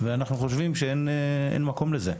ואנחנו חושבים שאין מקום לזה.